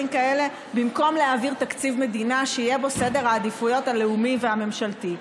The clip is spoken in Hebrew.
כאלה במקום להעביר תקציב מדינה שיהיה בו סדר העדיפויות הלאומי והממשלתי.